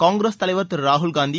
காங்கிரஸ் தலைவர் திரு ராகுல் காந்தி